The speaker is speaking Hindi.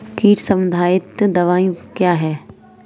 कीट संबंधित दवाएँ क्या हैं?